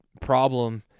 problem –